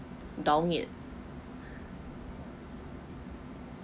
down it